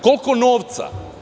Koliko novca?